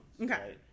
Okay